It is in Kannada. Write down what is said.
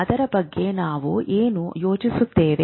ಅದರ ಬಗ್ಗೆ ನಾವು ಏನು ಯೋಚಿಸುತ್ತೇವೆ